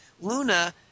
Luna